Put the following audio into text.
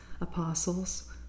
apostles